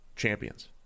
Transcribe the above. champions